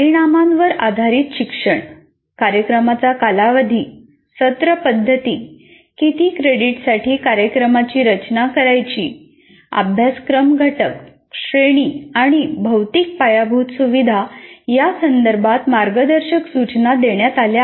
परिणामांवर आधारित शिक्षण कार्यक्रमाचा कालावधी सत्र पद्धती किती क्रेडिट्ससाठी कार्यक्रमाची रचना करायची आहे अभ्यासक्रम घटक श्रेणी आणि भौतिक पायाभूत सुविधा या संदर्भात मार्गदर्शक सूचना देण्यात आल्या आहेत